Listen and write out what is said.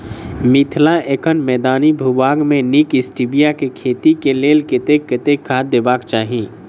मिथिला एखन मैदानी भूभाग मे नीक स्टीबिया केँ खेती केँ लेल कतेक कतेक खाद देबाक चाहि?